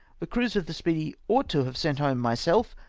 the cruise of the speedy ought to have sent home myself,